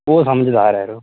ओह् समझदार ऐ यरो